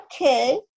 okay